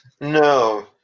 No